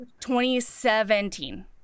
2017